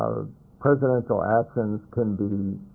presidential actions can be